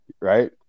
right